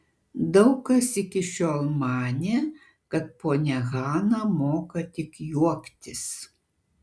daug kas iki šiol manė kad ponia hana moka tik juoktis